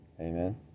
Amen